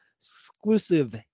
Exclusive